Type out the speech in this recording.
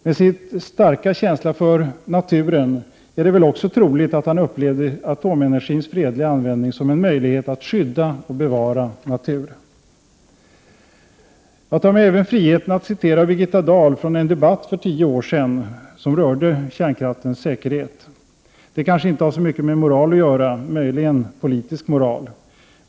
Med tanke på hans starka känsla för naturen är det väl också troligt att han upplevde atomenergins fredliga användning som en möjlighet att skydda och bevara natur. Jag tar mig även friheten att citera Birgitta Dahl från en debatt för tio år sedan som rörde kärnkraftens säkerhet. Det kanske inte har så mycket med moral att göra; möjligen politisk moral.